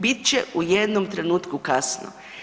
Bit će u jednom trenutku kasno.